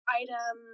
item